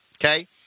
okay